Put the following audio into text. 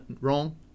wrong